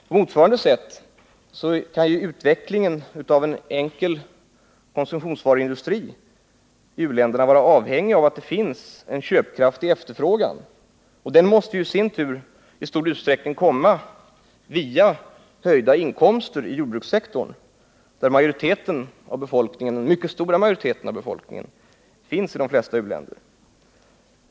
På motsvarande sätt kan utvecklingen av en enkel konsumtionsvaruindustri i u-länderna vara avhängig av att det finns en köpkraftig efterfrågan, och den måste i sin tur i stor utsträckning komma via höjda inkomster inom jordbrukssektorn, där den mycket stora majoriteten av befolkningen finns i de flesta u-länder.